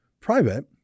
private